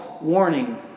warning